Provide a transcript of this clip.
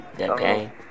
Okay